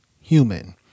human